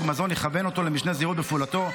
במזון יכוון אותו למשנה זהירות בפעולתו,